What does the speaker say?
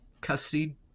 custody